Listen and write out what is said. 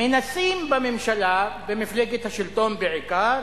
מנסים בממשלה, במפלגת השלטון בעיקר,